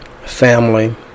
family